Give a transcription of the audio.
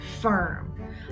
firm